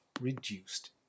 reduced